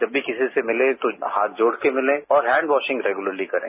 जब भी किसी से मिले तो हाथ जोड़कर मिलें और हैंडवाशिंग रेगुलरली करें